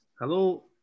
Hello